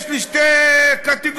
יש לי שתי קטגוריות: